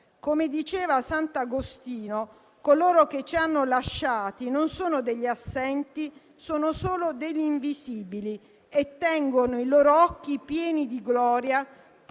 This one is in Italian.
Come diceva sant'Agostino, «coloro che ci hanno lasciati non sono degli assenti, sono solo degli invisibili: tengono i loro occhi pieni di gloria